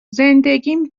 زندگیم